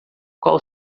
qual